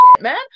man